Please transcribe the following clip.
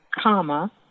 comma